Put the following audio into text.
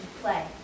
play